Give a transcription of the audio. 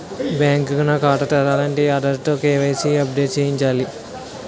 bank లో ఖాతా తెరాలంటే ఆధార్ తో కే.వై.సి ని అప్ డేట్ చేయించాల